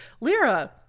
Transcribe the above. Lyra